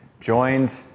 joined